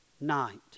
night